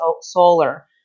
solar